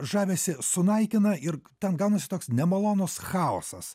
žavesį sunaikina ir ten gaunasi toks nemalonus chaosas